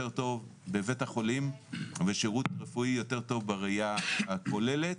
טוב בבית החולים ושירות רפואי יותר טוב בראייה הכוללת.